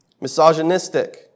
misogynistic